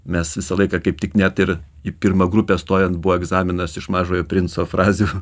mes visą laiką kaip tik net ir į pirmą grupę stojant buvo egzaminas iš mažojo princo frazių